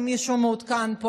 אם מישהו מעודכן פה,